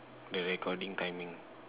the recording timing